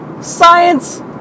Science